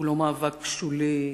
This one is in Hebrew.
הוא לא מאבק שולי,